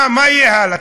מה יהיה הלאה?